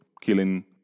killing